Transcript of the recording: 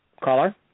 Caller